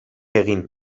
egin